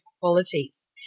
qualities